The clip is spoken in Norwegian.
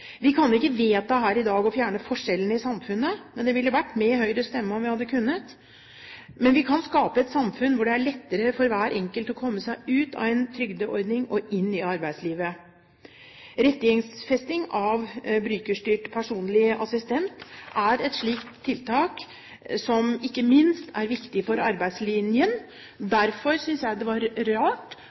Vi kan ikke her i dag vedta å fjerne forskjellene i samfunnet, men det ville vært med Høyres stemme om vi hadde kunnet. Men vi kan skape et samfunn hvor det er lettere for hver enkelt å komme seg ut av en trygdeordning og inn i arbeidslivet. Rettighetsfesting av brukerstyrt personlig assistent er et slikt tiltak, som ikke minst er viktig for arbeidslinjen. Derfor synes jeg det